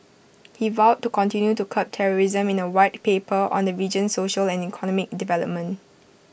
he vowed to continue to curb terrorism in A White Paper on the region's social and economic development